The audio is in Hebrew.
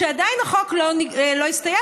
עדיין החוק לא הסתיים,